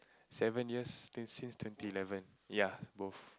seven years I think since twenty eleven ya both